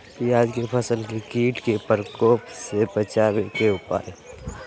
प्याज के फसल के कीट के प्रकोप से बचावे के उपाय?